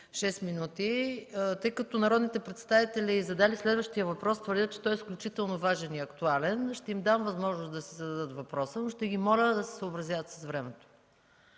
минути. Тъй като народните представители, задали следващия въпрос, твърдят, че той е изключително важен и актуален, ще им дам възможност да зададат въпроса си, но ще ги моля да се съобразяват с времето.